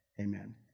Amen